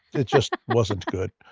it just wasn't good.